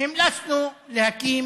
המלצנו להקים